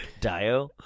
Dio